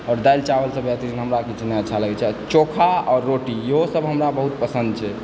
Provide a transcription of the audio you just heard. आओर दालि चावलसे बेहतरीन हमरा ला किछु नहि अच्छा लगैत छै चोखा आओर रोटी इहोसभ हमरा बहुत पसन्द छै